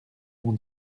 mon